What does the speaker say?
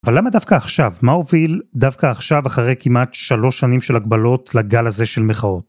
אבל למה דווקא עכשיו? מה הוביל דווקא עכשיו אחרי כמעט שלוש שנים של הגבלות לגל הזה של מחאות?